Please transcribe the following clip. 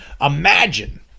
imagine